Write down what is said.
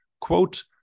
quote